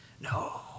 No